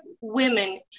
women